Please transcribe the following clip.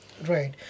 Right